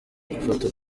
gufata